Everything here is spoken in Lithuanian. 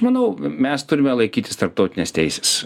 manau mes turime laikytis tarptautinės teisės